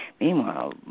meanwhile